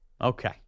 Okay